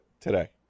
today